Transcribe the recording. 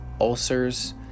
ulcers